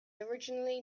originally